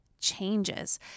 changes